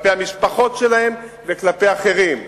כלפי המשפחות שלהם וכלפי אחרים,